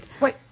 Wait